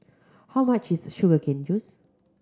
how much is sugar cane juice